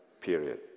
Period